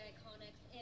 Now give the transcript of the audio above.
Iconics